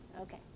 Okay